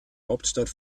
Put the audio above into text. hauptstadt